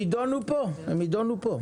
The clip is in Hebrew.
הם יידונו פה הקריטריונים.